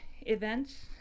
events